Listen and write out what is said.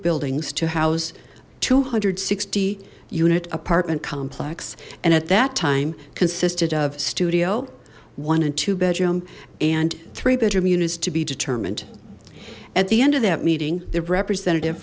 buildings to house two hundred and sixty unit apartment complex and at that time consisted of studio one and two bedroom and three bedroom units to be determined at the end of that meeting the representative